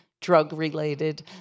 drug-related